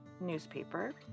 newspaper